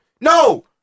No